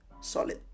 solid